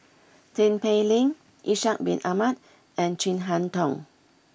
Tin Pei Ling Ishak bin Ahmad and Chin Harn Tong